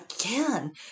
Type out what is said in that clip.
again